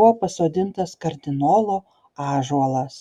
buvo pasodintas kardinolo ąžuolas